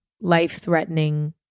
life-threatening